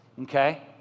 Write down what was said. Okay